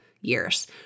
years